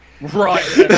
Right